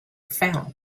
found